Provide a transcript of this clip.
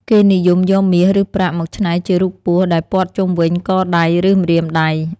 គេនិយមយកមាស ឬប្រាក់មកច្នៃជារូបពស់ដែលព័ទ្ធជុំវិញកដៃ ឬម្រាមដៃ។